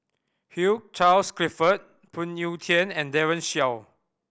Hugh Charles Clifford Phoon Yew Tien and Daren Shiau